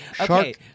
Okay